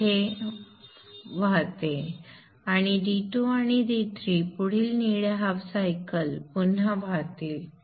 ते येथे वाहते आणि D2 आणि D3 पुढील निळ्या हाफ सायकल पुन्हा वाहतील